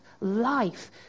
life